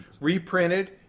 reprinted